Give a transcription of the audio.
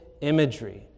imagery